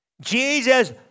Jesus